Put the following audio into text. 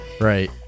right